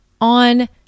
on